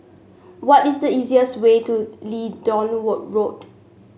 what is the easiest way to Leedon world Road